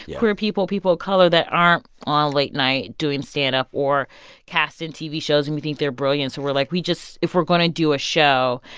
queer people, people of color that aren't on late night doing standup or cast in tv shows, and we think they're brilliant. so we're like, we just if we're going to do a show,